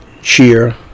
cheer